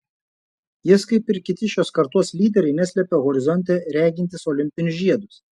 jis kaip ir kiti šios kartos lyderiai neslepia horizonte regintys olimpinius žiedus